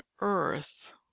earth